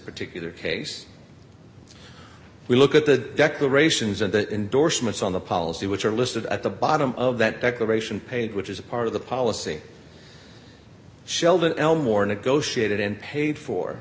particular case we look at the declarations and the endorsements on the policy which are listed at the bottom of that declaration page which is a part of the policy shell that elmore negotiated and paid for